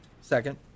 Second